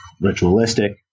ritualistic